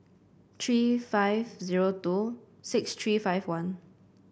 three five zero two six three five one